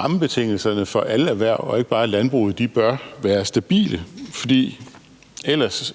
Rammebetingelserne for alle erhverv og ikke bare landbruget bør være stabile, for ellers